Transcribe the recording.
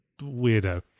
weirdo